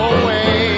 away